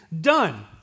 done